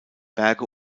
berge